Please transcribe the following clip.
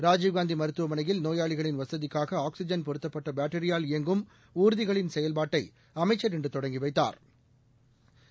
ராஜீவ்காந்தி மருத்துவமனையில் நோயாளிகளின் வசதிக்காக ஆக்ஸிஜன் பொருத்தப்பட்ட பேட்டரியால் இயங்கும் ஊ்திகளின் செயல்பாட்டை அமைச்சர் இன்று தொடங்கி வைத்தாா்